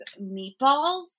meatballs